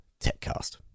Techcast